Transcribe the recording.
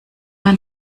man